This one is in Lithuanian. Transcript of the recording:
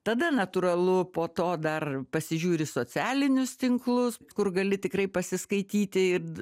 tada natūralu po to dar pasižiūri socialinius tinklus kur gali tikrai pasiskaityti ir